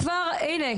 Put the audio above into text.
הנה,